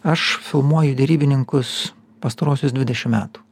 aš filmuoju derybininkus pastaruosius dvidešimt metų